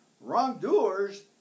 Wrongdoers